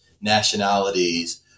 nationalities